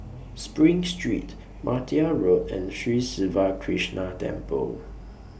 SPRING Street Martia Road and Sri Siva Krishna Temple